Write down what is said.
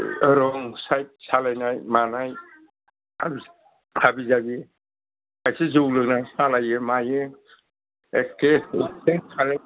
रं साइद सालायनाय मानाय हाबि जाबि खायसे जौ लोंनानै सालायो मायो एखे एखे खारो